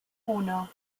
uno